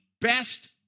best